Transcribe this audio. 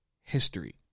history